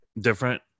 different